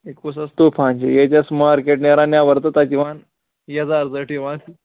یہِ کُس حظ طوٗفان چھِ ییٚتہِ ٲس مارکیٹ نیران نٮ۪بَر تہٕ تَتہِ یِوان یَزار زٔٹ یِوان